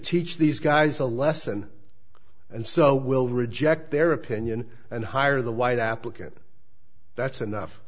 teach these guys a lesson and so will reject their opinion and hire the white applicant that's enough